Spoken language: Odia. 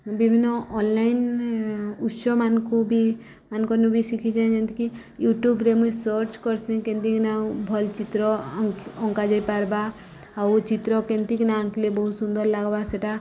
ବିଭିନ୍ନ ଅନ୍ଲାଇନ୍ ଉତ୍ସମାନଙ୍କୁ ବି ମାନଙ୍କନୁ ବି ଶିଖିଚେଁ ଯେମିତିକି ୟୁଟ୍ୟୁବ୍ରେ ମୁଇଁ ସର୍ଚ୍ଚ୍ କର୍ସି କେନ୍ତିକିନା ଭଲ୍ ଚିତ୍ର ଅଙ୍କାଯାଇପାର୍ବା ଆଉ ଚିତ୍ର କେନ୍ତିକି ନା ଆଙ୍କ୍ଲେ ବହୁତ୍ ସୁନ୍ଦର୍ ଲାଗ୍ବା ସେଟା